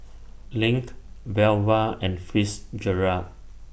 LINK Velva and Fitzgerald